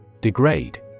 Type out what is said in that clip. Degrade